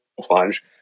plunge